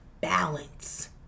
balance